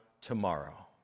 tomorrow